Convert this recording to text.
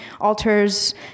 Altars